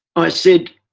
i said,